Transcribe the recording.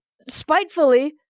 spitefully